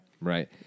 Right